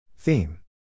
Theme